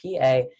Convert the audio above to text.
PA